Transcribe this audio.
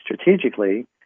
strategically